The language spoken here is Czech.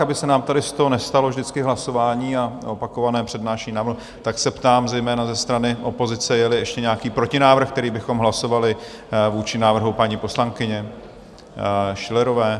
Aby se nám tady z toho nestalo vždycky hlasování a opakované přednášení návrhů, tak se ptám zejména ze strany opozice, jeli ještě nějaký protinávrh, který bychom hlasovali vůči návrhu paní poslankyně Schillerové?